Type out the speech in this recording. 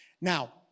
Now